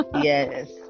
yes